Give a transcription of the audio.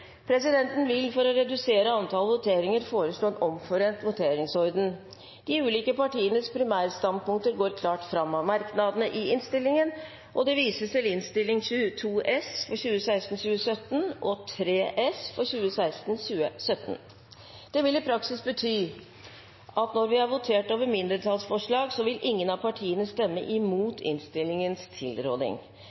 Presidenten vil – for å redusere antall voteringer – foreslå en omforent voteringsorden. De ulike partienes primærstandpunkter går klart fram av merknadene i innstillingen, og det vises til Innst. 2 S for 2016–2017 og Innst. 3 S for 2016–2017. Det vil i praksis bety at når vi har votert over mindretallsforslagene, vil ingen av partiene stemme imot innstillingens tilråding.